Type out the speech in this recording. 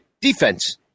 Defense